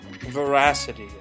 veracity